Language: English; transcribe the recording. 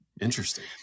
Interesting